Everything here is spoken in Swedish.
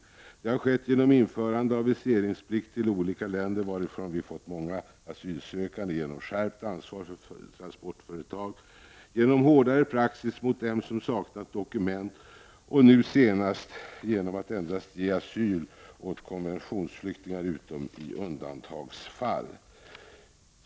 Detta har skett genom införande av viseringsplikt visavi olika länder varifrån vi fått många asylsökande, genom skärpt ansvar för transportföretag, genom hårdare praxis mot dem som saknar dokument och nu senast genom att asyl ges endast åt konventionsflyktingar förutom undantagsfall.